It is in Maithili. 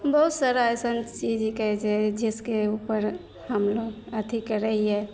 बहुत सारा अइसन चीज कि कहै छै जे जिसके उपर हमलोक अथी करै हिए